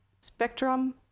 spectrum